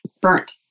burnt